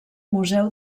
museu